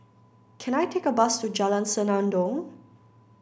can I take a bus to Jalan Senandong